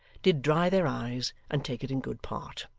did dry their eyes and take it in good part.